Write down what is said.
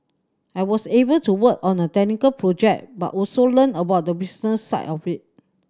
I was able to work on a technical project but also learn about the business side of it